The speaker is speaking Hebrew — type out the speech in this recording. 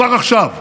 כבר עכשיו,